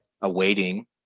awaiting